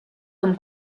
comme